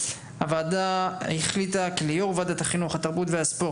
הוועדה החליטה כי ליו"ר ועדת החינוך התרבות והספורט,